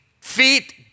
Feet